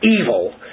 evil